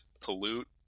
pollute